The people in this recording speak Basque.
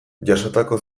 jasotako